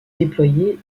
déployer